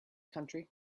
country